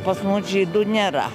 pas mus žydų nėra